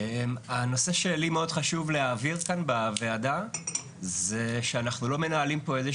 הנושא שלי מאוד חשוב להעביר כאן בוועדה זה שאנחנו לא מנהלים פה איזה